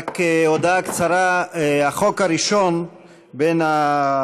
רק הודעה קצרה: הצעת החוק הראשונה בחקיקה